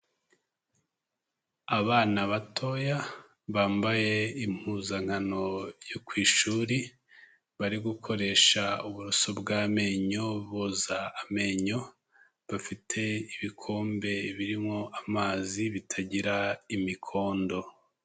Abana batoya bambaye impuzankano yo ku ishuri, bari gukoresha uburoso bw'amenyo boza amenyo, bafite ibikombe birimo amazi bitagira imikondo.